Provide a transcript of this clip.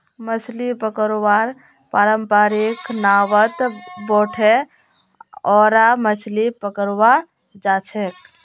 मछली पकड़वार पारंपरिक नावत बोठे ओरा मछली पकड़वा जाछेक